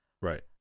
Right